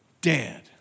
dead